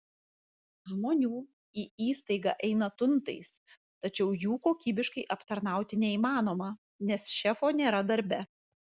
žmonių į įstaigą eina tuntais tačiau jų kokybiškai aptarnauti neįmanoma nes šefo nėra darbe